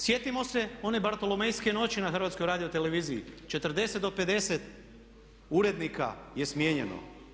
Sjetimo se one bartolomejske noći na HRT-u, 40 do 50 urednika je smijenjeno.